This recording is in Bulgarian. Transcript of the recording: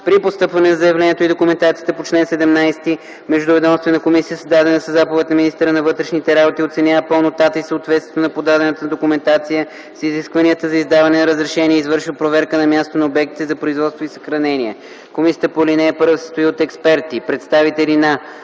При постъпване на заявлението и документацията по чл. 17 междуведомствена комисия, създадена със заповед на министъра на вътрешните работи, оценява пълнотата и съответствието на подадената документация с изискванията за издаване на разрешение и извършва проверка на място на обектите за производство и съхранение. (2) Комисията по ал. 1 се състои от експерти - представители на: